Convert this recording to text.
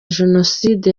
jenoside